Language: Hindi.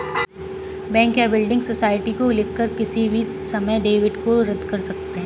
बैंक या बिल्डिंग सोसाइटी को लिखकर किसी भी समय डेबिट को रद्द कर सकते हैं